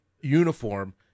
uniform